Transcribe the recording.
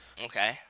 Okay